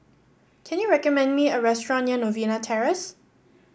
can you recommend me a restaurant near Novena Terrace